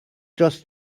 dros